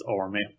army